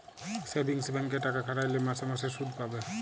savings ব্যাংকে টাকা খাটাইলে মাসে মাসে সুদ পাবে